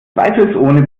zweifelsohne